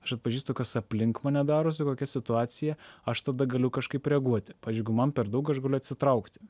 aš atpažįstu kas aplink mane darosi kokia situacija aš tada galiu kažkaip reaguoti pavyzdžiui jeigu man per daug aš galiu atsitraukti